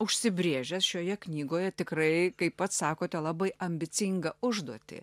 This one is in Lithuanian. užsibrėžęs šioje knygoje tikrai kaip pats sakote labai ambicingą užduotį